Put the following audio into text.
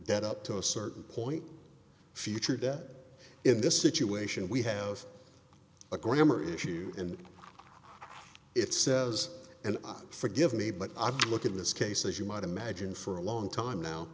debt up to a certain point future that in this situation we have a grammar issue and it says and forgive me but i do look at this case as you might imagine for a long time now